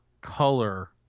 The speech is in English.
color